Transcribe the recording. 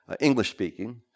English-speaking